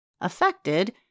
affected